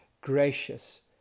gracious